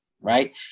right